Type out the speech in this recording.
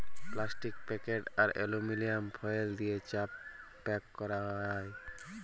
plastic packet আর aluminium foil দিয়ে চা প্যাক ক্যরা যায়